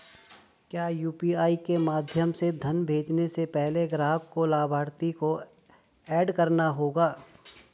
क्या यू.पी.आई के माध्यम से धन भेजने से पहले ग्राहक को लाभार्थी को एड करना होगा?